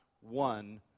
one